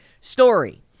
Story